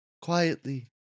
quietly